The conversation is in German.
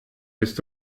bist